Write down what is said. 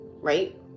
right